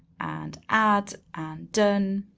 and add done.